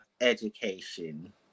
education